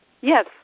Yes